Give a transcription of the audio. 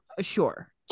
sure